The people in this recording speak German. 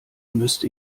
müsste